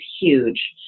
huge